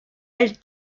elle